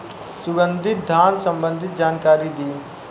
सुगंधित धान संबंधित जानकारी दी?